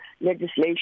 legislation